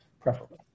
preferably